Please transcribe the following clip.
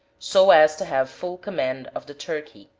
so as to have full command of the turkey.